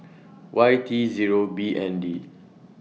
Y T Zero B N D